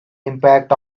impact